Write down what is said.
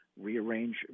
rearrange